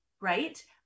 right